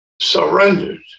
surrendered